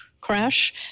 crash